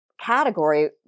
category